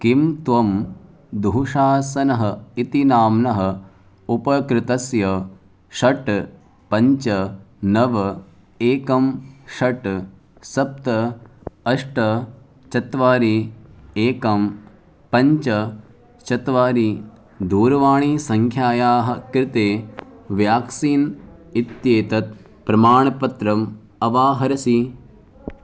किं त्वं दुःशासनः इति नाम्नः उपकृतस्य षट् पञ्च नव एकं षट् सप्त अष्ट चत्वारि एकं पञ्च चत्वारि दूरवाणीसङ्ख्यायाः कृते व्याक्सीन् इत्येतत् प्रमाणपत्रम् अवाहरसि